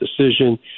decision